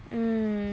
mm